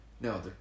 No